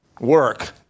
work